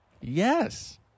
Yes